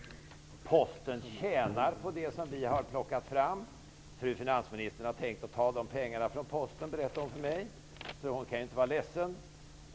Posten tjänar på det som vi har plockat fram. Fru finansministern har tänkt ta de pengarna från Posten, berättade hon för mig; hon kan ju alltså inte vara ledsen.